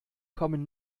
kommen